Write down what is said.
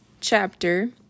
chapter